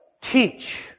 teach